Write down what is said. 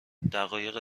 دقایق